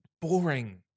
Boring